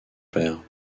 père